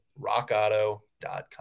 rockauto.com